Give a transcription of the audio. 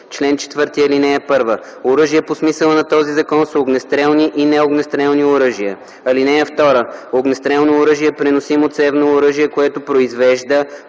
„Чл. 4. (1) Оръжия по смисъла на този закон са огнестрелни и неогнестрелни оръжия. (2) Огнестрелно оръжие е преносимо цевно оръжие, което произвежда,